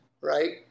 right